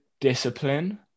discipline